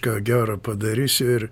ką gero padarysiu ir